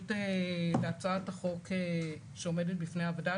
התייחסות להצעת החוק שעומדת בפני הוועדה,